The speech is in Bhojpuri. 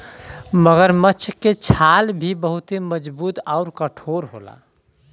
मगरमच्छ के छाल भी बहुते मजबूत आउर कठोर होला